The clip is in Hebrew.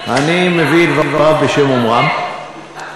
למה הוא צריך שליח?